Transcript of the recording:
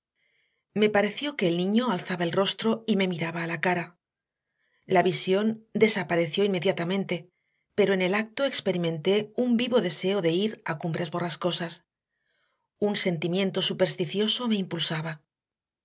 me pareció que el niño alzaba el rostro y me miraba a la cara la visión desapareció inmediatamente pero en el acto experimenté un vivo deseo de ir a cumbres borrascosas un sentimiento supersticioso me impulsaba